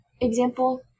example